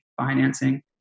financing